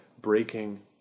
breaking